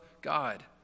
God